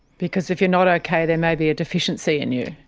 because if you're not okay, there may be a deficiency in you.